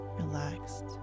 relaxed